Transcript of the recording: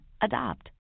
Adopt